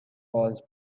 was